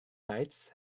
knights